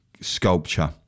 sculpture